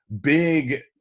big